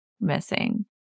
missing